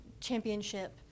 championship